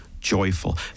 joyful